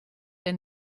der